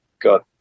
got